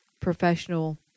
professional